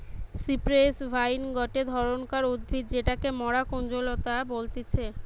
cypress vine গটে ধরণকার উদ্ভিদ যেটাকে মরা কুঞ্জলতা বলতিছে